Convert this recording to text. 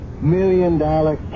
million-dollar